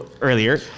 earlier